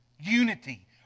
Unity